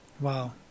Wow